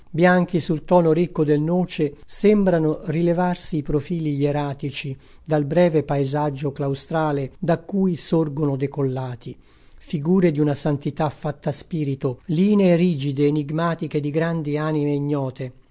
bianchi sul tono ricco del noce sembrano rilevarsi i profili ieratici dal breve paesaggio claustrale da cui sorgono decollati figure di una santità fatta spirito linee rigide enigmatiche di grandi anime ignote